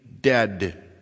dead